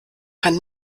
kann